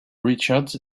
richards